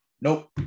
Nope